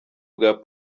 bwa